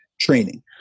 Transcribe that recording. training